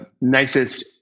nicest